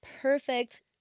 perfect